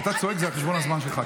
כשאתה צועק, זה על חשבון הזמן שלך.